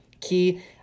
key